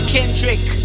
Kendrick